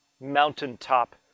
mountaintop